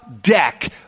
deck